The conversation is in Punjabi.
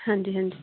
ਹਾਂਜੀ ਹਾਂਜੀ